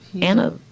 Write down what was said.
Anna